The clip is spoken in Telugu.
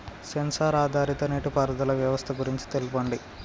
సెన్సార్ ఆధారిత నీటిపారుదల వ్యవస్థ గురించి తెల్పండి?